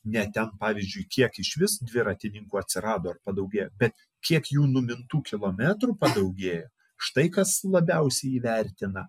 ne tik pavyzdžiui kiek išvis dviratininkų atsirado padaugėjo bet kiek jų numintų kilometrų padaugėjo štai kas labiausiai įvertina